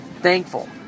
thankful